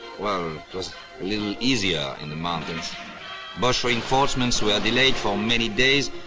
well, it was a little easier in the mountains but reinforcements were delayed for many days.